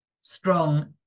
strong